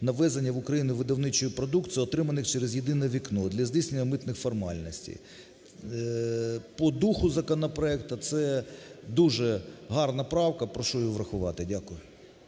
на ввезення в України видавничої продукції, отриманих через "єдине вікно" для здійснення митних формальностей. По духу законопроекту це дуже гарна правка, прошу її врахувати. Дякую.